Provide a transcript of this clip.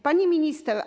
Pani Minister!